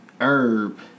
herb